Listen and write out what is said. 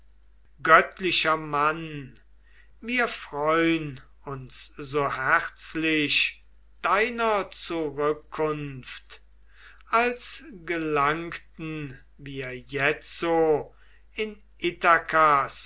göttlicher mann wir freun uns so herzlich deiner zurückkunft als gelangten wir jetzo in